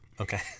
Okay